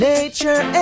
Nature